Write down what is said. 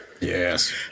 Yes